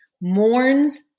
mourns